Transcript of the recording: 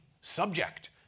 subject